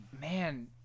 man